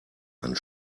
einen